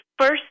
first